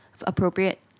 appropriate